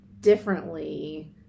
differently